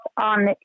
on